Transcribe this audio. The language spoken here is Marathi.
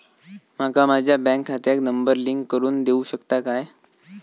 माका माझ्या बँक खात्याक नंबर लिंक करून देऊ शकता काय?